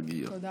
מידע